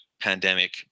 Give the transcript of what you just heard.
pandemic